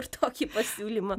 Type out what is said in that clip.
ir tokį pasiūlymą